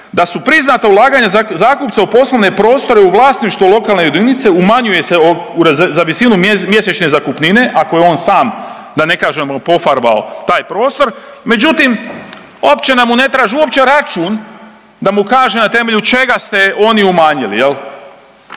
da su priznata ulaganja zakupca u poslovne prostore u vlasništvu lokalne jedinice umanjuje se za visinu mjesečne zakupnine, ako je on sam da ne kažem pofarbao taj prostor, međutim općina mu ne traži uopće račun da mu kaže na temelju čega ste oni umanjili.